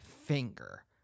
finger